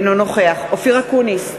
אינו נוכח אופיר אקוניס,